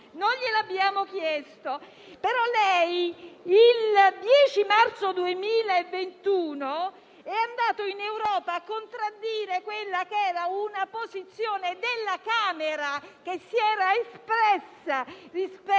non glielo abbiamo chiesto. Però lei, il 10 marzo 2021, è andato in Europa a contraddire la posizione della Camera, che si era espressa rispetto